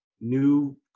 new